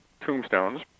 tombstones